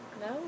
No